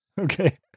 Okay